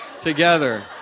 together